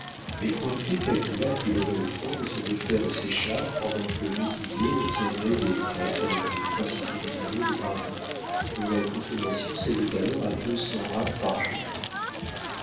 mais cointet calcula qu'il aurait le temps de se défaire de séchard pendant que métivier obtiendrait des traités avec les principaux journaux de paris dont la consommation s'élevait alors à deux cents rames par jour